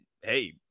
hey